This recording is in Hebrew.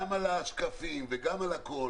גם על השקפים וגם על הכול